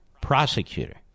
prosecutor